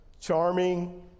charming